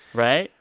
right?